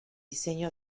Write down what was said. diseño